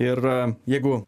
ir jeigu